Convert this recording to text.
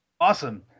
Awesome